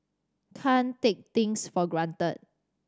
can't take things for granted